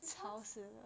because